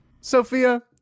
Sophia